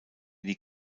die